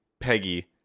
Peggy